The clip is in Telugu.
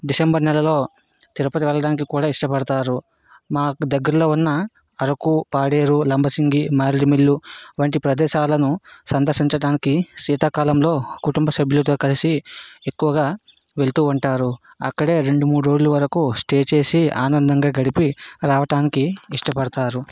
డిసెంబర్ నెలలో తిరుపతి వెళ్ళడానికి కూడా ఇష్టపడతారు మాకు దగ్గర్లో ఉన్న అరకు పాడేరు లంబసింగి మారేడుమిల్లు వంటి ప్రదేశాలను సందర్శించడానికి శీతాకాలంలో కుటుంబ సభ్యులతో కలిసి ఎక్కువగా వెళ్తూ ఉంటారు అక్కడే రెండు మూడు రోజులు వరకు స్టే చేసి ఆనందంగా గడిపి రావటానికి ఇష్టపడతారు